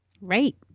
Right